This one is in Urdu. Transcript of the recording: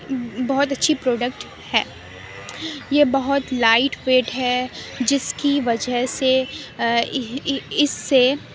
بہت اچھی پروڈکٹ ہے یہ بہت لائٹ ویٹ ہے جس کی وجہ سے اس سے